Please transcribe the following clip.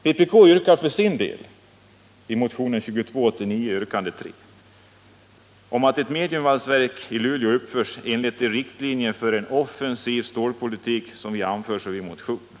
Vpk yrkar i motionen 2289 yrkande 3 att ett mediumvalsverk i Luleå uppförs i enlighet med de riktlinjer för en offensiv stålpolitik som anförs i motionen.